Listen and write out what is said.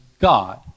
God